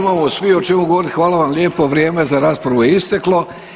Imamo svi o čemu govoriti, hvala vam lijepa, vrijeme za raspravu je isteklo.